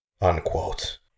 unquote